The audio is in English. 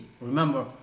remember